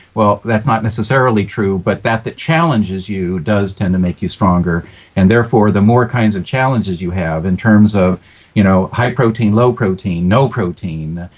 well that's not necessarily true, but that that challenges you does tend to make you stronger and therefore the more kinds of challenges you have in terms of you know high protein, low protein, no protein,